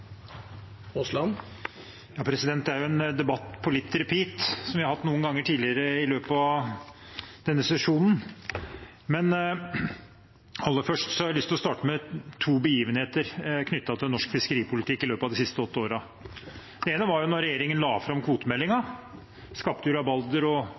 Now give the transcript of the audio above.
en debatt litt på «repeat», som vi har hatt noen ganger tidligere denne sesjonen. Men jeg har lyst til å starte med to begivenheter knyttet til norsk fiskeripolitikk i løpet av de siste åtte årene. Det ene var da regjeringen la fram kvotemeldingen. Det skapte rabalder og